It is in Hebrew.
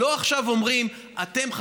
לא אומרים: אתם,